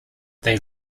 they